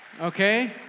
Okay